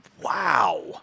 Wow